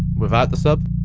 without the sub.